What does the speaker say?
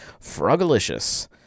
Frogalicious